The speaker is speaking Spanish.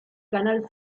canal